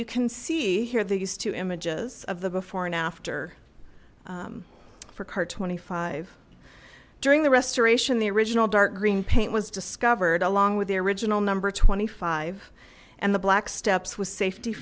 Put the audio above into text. you can see here these two images of the before and after for car twenty five during the restoration the original dark green paint was discovered along with the original number twenty five and the black steps was safety